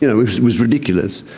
you know it was ridiculous,